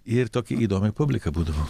ir tokia įdomi publika būdavo